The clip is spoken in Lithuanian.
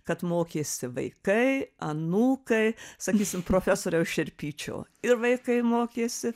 kad mokėsi vaikai anūkai sakysim profesoriaus šerpyčio ir vaikai mokėsi